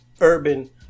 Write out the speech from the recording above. urban